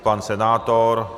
Pan senátor?